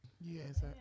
Yes